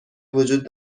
وجود